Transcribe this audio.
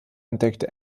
entdeckte